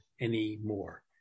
anymore